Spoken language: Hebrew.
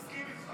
מסכים איתך.